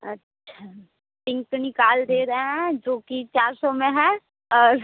अच्छा पिंक निकाल दे रहें हैं जो कि चार सौ में है और